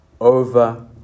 over